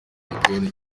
gikoni